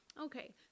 Okay